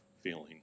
feeling